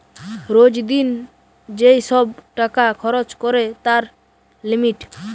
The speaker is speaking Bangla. রোজ দিন যেই সব টাকা খরচ করে তার লিমিট